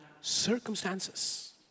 circumstances